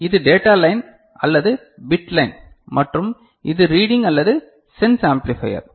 இது data line அல்லது bit line மற்றும் இது ரீடிங் அல்லது சென்ஸ் ஆம்பிளிபையர்